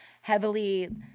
heavily